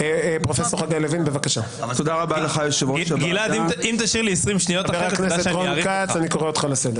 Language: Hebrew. חבר הכנסת ולדימיר בליאק, אני קורא אותך לסדר